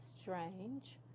strange